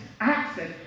Access